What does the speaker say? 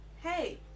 hey